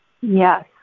Yes